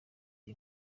iyi